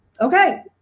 Okay